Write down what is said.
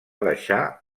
deixar